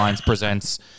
presents